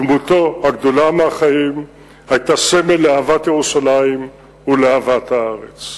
דמותו הגדולה מהחיים היתה סמל לאהבת ירושלים ולאהבת הארץ.